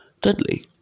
Dudley